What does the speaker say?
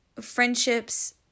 friendships